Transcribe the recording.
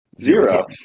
Zero